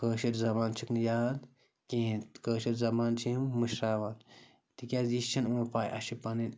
کٲشِر زَبان چھِکھ نہٕ یاد کِہیٖنۍ کٲشِر زَبان چھِ یِم مٔشراوان تِکیٛازِ یہِ چھِنہٕ یِمَن پَے اَسہِ چھِ پَنٕنۍ